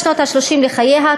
בשנות ה-30 לחייה,